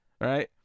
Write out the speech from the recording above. right